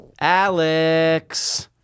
Alex